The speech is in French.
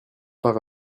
part